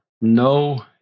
no